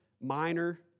minor